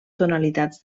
tonalitats